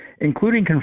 including